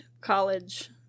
college